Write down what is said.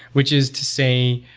which is to say,